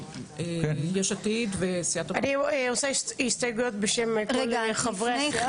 סיעת יש עתיד וסיעת --- אני מגישה הסתייגויות בשם כל חברי הסיעה?